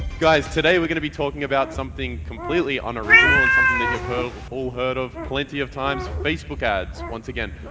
guys, today we're gonna be talking about something completely unoriginal and something that you've heard all heard of plenty of times, facebook ads once again.